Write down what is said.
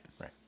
Right